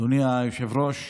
אדוני היושב-ראש,